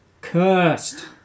cursed